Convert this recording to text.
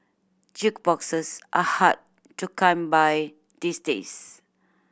jukeboxes are hard to come by these days